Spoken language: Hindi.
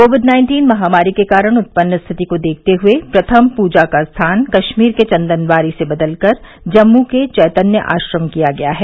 कोविड नाइन्टीन महामारी के कारण उत्पन्न स्थिति को देखते हुए प्रथम पूजा का स्थान कश्मीर के चंदनवारी से बदल कर जम्मू के चैतन्य आश्रम किया गया है